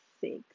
six